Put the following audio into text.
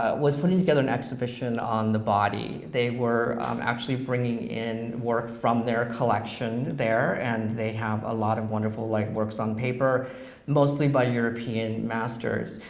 ah was putting together an exhibition on the body. they were actually bringing in work from their collection there, and they have a lot of wonderful like works on paper mostly by european masters,